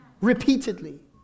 Repeatedly